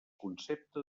concepte